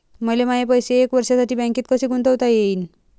मले माये पैसे एक वर्षासाठी बँकेत कसे गुंतवता येईन?